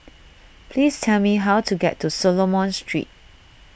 please tell me how to get to Solomon Street